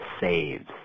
saves